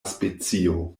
specio